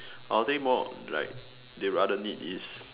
I will think more like they rather need is